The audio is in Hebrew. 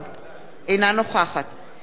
אינה נוכחת מירי רגב,